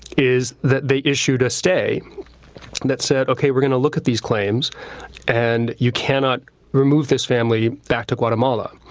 is that they issued a stay that said, okay, we're going to look at these claims and you cannot remove this family back to guatemala.